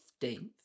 15th